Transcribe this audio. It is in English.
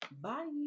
Bye